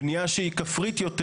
בנייה שהיא כפרית יותר,